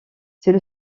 c’est